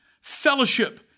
fellowship